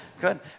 good